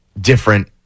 different